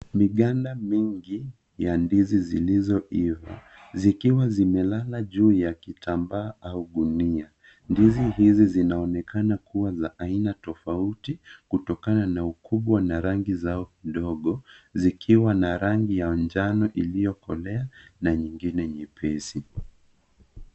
Miganda mingi ya ndizi zilizoiva zikiwa zimelala juu ya kitambaa au gunia. Ndizi hizi zinaonekana kua za aina tofauti kutokana na ukubwa na rangi zao dogo zikiwa na rangi ya njano iliyokolea na nyingine nyepesi.